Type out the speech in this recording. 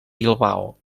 bilbao